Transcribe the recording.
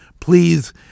Please